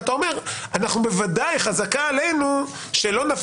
אתה אומר: בוודאי שחזקה עלינו שלא נפעיל